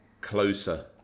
closer